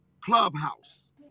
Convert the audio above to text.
clubhouse